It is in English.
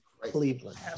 Cleveland